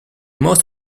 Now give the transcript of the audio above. most